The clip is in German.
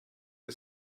wir